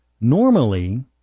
normally